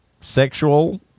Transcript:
sexual